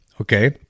okay